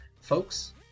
Folks